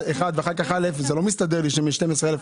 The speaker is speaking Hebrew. אחד זה הפיצויים, אחד זה הפעילות של המשרד.